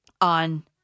on